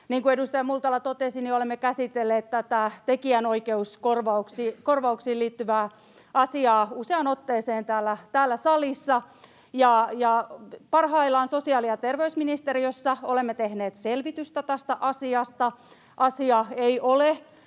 kuin edustaja Multala totesi, niin olemme käsitelleet tätä tekijänoikeuskorvauksiin liittyvää asiaa useaan otteeseen täällä salissa, ja parhaillaan sosiaali- ja terveysministeriössä olemme tehneet selvitystä tästä asiasta. Asia ei ole